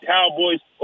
Cowboys